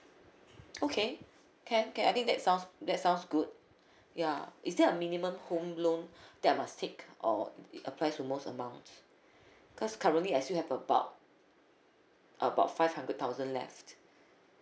okay can can I think that sounds that sounds good ya is there a minimum home loan that must stick or it applies to most amount cause currently I still have about about five hundred thousand left